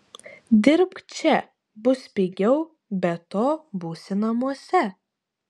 dirbk čia bus pigiau be to būsi namuose